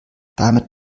damit